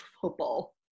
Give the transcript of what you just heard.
football